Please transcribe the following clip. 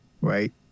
right